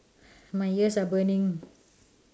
my ears are burning